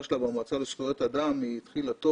שלה במועצה לזכויות אדם התחילה טוב